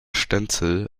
stenzel